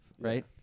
Right